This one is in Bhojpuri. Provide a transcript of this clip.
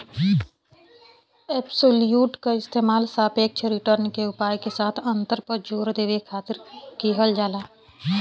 एब्सोल्यूट क इस्तेमाल सापेक्ष रिटर्न के उपाय के साथ अंतर पर जोर देवे खातिर किहल जाला